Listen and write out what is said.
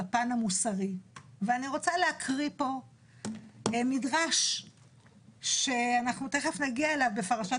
בפן המוסרי ואני רוצה להקריא פה מדרש שאנחנו תיכף נגיע אליו בפרשת